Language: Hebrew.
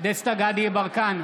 דסטה גדי יברקן,